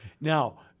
Now